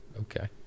okay